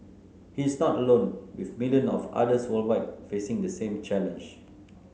he is not alone with millions of others worldwide facing the same challenge